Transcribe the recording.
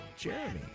jeremy